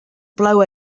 blow